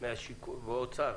של שיכון באוצר,